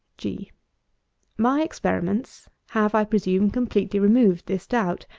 g my experiments have, i presume, completely removed this doubt.